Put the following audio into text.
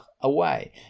away